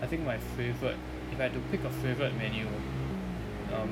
I think my favourite if I had to pick a favourite menu um